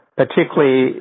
particularly